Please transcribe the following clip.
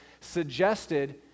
suggested